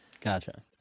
Gotcha